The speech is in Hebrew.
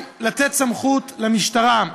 הפואנטה היא לתת סמכות למשטרה.